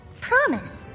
Promise